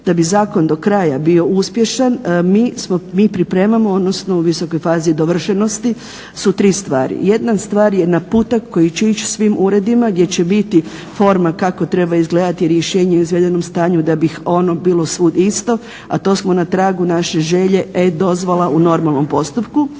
da bi zakon do kraja bio uspješan mi pripremamo, odnosno u visokoj fazi dovršenosti su tri stvari. Jedna stvar je naputak koji će ići svim uredima gdje će biti forma kako treba izgledati rješenje o izvedenom stanju, da bih ono bilo svuda isto. A to smo na tragu naše želje E dozvola u normalnom postupku.